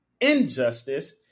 injustice